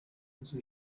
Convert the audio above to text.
nzu